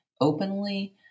openly